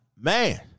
Man